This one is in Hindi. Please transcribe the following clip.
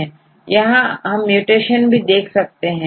आप यहां म्यूटेशन भी देख सकते हैं